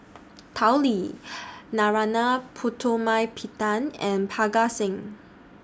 Tao Li Narana Putumaippittan and Parga Singh